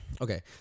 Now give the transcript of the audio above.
okay